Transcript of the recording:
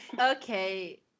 Okay